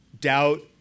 doubt